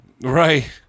Right